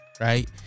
right